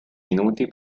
minuti